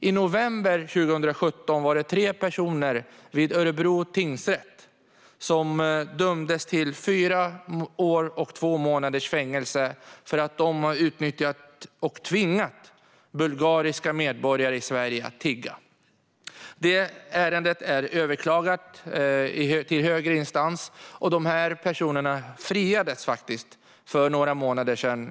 I november 2017 dömde Örebro tingsrätt tre personer till fyra år och två månaders fängelse för att ha utnyttjat och tvingat bulgariska medborgare att tigga i Sverige. Ärendet överklagades till högre instans, och dessa personer friades i hovrätten för några månader sedan.